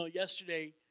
Yesterday